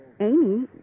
Amy